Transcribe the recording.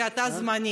כי אתה זמני,